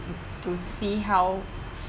to see how